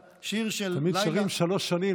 תמיד שרים "שלוש שנים",